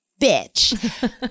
bitch